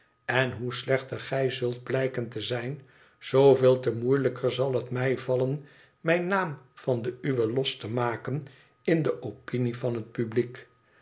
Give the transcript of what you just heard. en hoe slechter gij zult blijken te zijn zooveel te moeielijker zal het mij vallen mijn naam van den uwen los te maken in de opinie van het publiek